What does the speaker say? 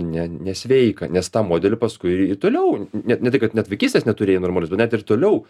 ne nesveika nes tą modelį paskui i toliau ne ne tai kad net vaikystės neturėjai normalios bet ir toliau